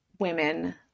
women